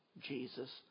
Jesus